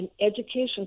education